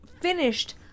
finished